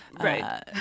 right